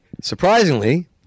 surprisingly